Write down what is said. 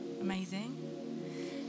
Amazing